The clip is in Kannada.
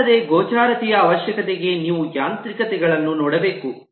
ಇದಲ್ಲದೆ ಗೋಚರತೆಯ ಅವಶ್ಯಕತೆಗೆ ನೀವು ಯಾಂತ್ರಿಕತೆಗಳನ್ನು ನೋಡಬೇಕು